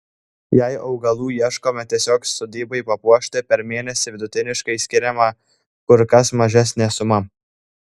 jei augalų ieškoma tiesiog sodybai papuošti per mėnesį vidutiniškai skiriama kur kas mažesnė suma